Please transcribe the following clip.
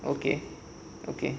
okay okay